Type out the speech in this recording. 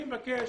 אני מבקש